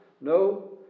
No